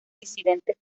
disidentes